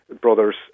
brothers